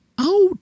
out